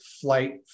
flight